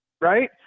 Right